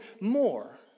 more